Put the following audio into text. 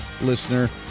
listener